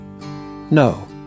No